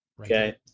okay